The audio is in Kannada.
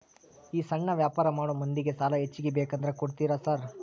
ಈ ಸಣ್ಣ ವ್ಯಾಪಾರ ಮಾಡೋ ಮಂದಿಗೆ ಸಾಲ ಹೆಚ್ಚಿಗಿ ಬೇಕಂದ್ರ ಕೊಡ್ತೇರಾ ಸಾರ್?